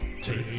Take